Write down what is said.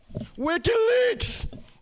WikiLeaks